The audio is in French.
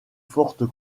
fortes